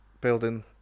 building